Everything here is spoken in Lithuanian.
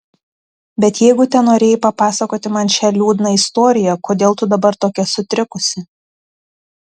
bet jeigu tenorėjai papasakoti man šią liūdną istoriją kodėl tu dabar tokia sutrikusi